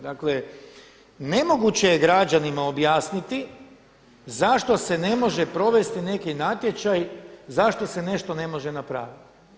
Dakle, nemoguće je građanima objasniti zašto se ne može provesti neki natječaj, zašto se nešto ne može napraviti.